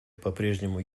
попрежнему